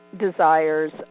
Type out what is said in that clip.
desires